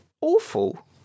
awful